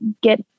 get